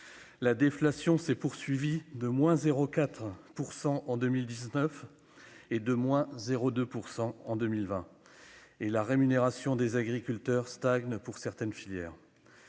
La déflation s'est poursuivie, avec- 0,4 % en 2019 et- 0,2 % en 2020. La rémunération des agriculteurs stagne pour certaines filières.